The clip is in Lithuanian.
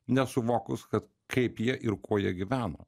nesuvokus kad kaip jie ir kuo jie gyveno